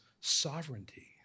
sovereignty